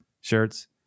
shirts